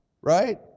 Right